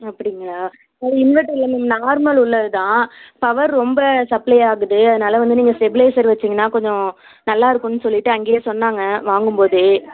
அப்படிங்களா இன்வெர்ட்டர் என்னுது நார்மல் உள்ளதுதான் பவர் ரொம்ப சப்ளை ஆகுது அதனால் வந்து நீங்கள் ஸ்டெப்லைசர் வச்சுங்கன்னா கொஞ்சம் நல்லா இருக்குமெனு சொல்லிவிட்டு அங்கேயே சொன்னாங்க வாங்கும்போதே